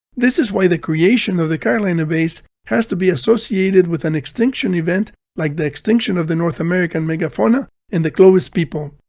this is why the creation of the carolina bays has to be associated with an extinction event like the extinction of the north american megafauna and the clovis people.